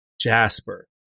Jasper